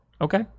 Okay